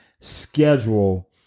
schedule